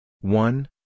one